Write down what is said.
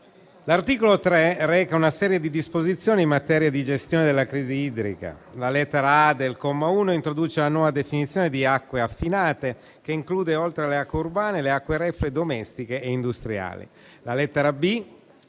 l'articolo 3 reca una serie di disposizioni in materia di gestione della crisi idrica. La lettera *a)* del comma 1 introduce una nuova definizione di acque affinate, che include, oltre alle acque urbane, le acque reflue domestiche e industriali. La lettera